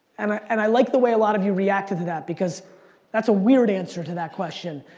and i and i like the way a lot of you reacted to that, because that's a weird answer to that question.